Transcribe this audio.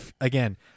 Again